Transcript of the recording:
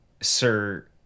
Sir